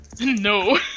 No